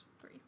three